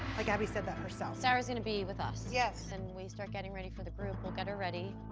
like, abby said that herself. sarah's going to be with us. yes. when and we start getting ready for the group, we'll get her ready.